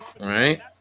Right